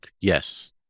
Yes